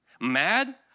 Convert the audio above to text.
mad